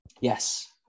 yes